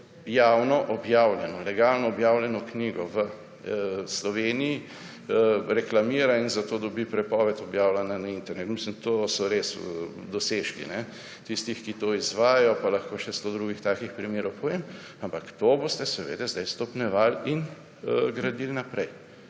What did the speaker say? javno objavljeno, legalno objavljeno knjigo v Sloveniji reklamira in dobi zato prepoved objavljanja na internetu. To so res dosežki tistih, ki to izvajajo. Pa lahko še sto drugih takih primerov povem. Ampak to boste seveda zdaj stopnjevali in gradili naprej,